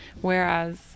Whereas